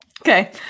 Okay